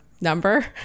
number